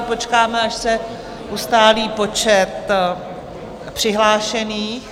Počkáme, až se ustálí počet přihlášených.